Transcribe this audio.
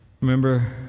remember